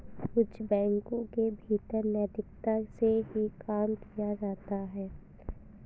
कुछ बैंकों के भीतर नैतिकता से ही काम किया जाता है